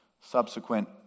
subsequent